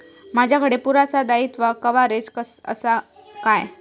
माजाकडे पुरासा दाईत्वा कव्हारेज असा काय?